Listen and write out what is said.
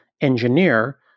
engineer